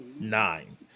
Nine